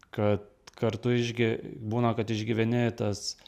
kad kartu išge būna kad išgyveni tas